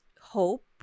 hope